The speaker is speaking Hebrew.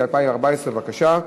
התשע"ה 2014. בבקשה.